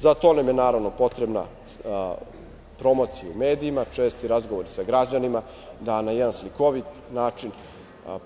Za to nam je, naravno, potrebna promocija u medijima, česti razgovori sa građanima, da na jedan slikovit način